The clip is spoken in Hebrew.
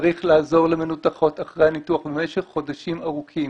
צריך לעזור למנותחות אחרי הניתוח במשך חודשים ארוכים.